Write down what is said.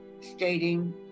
stating